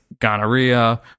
gonorrhea